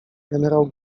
generał